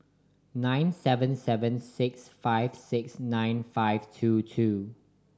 nine seven seven six five six nine five two two